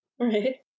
Right